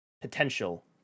potential